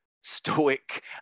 stoic